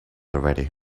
already